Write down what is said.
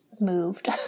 moved